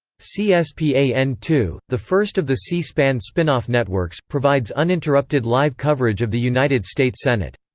c s p a n two, the first of the c-span spin-off networks, provides uninterrupted live coverage of the united states senate.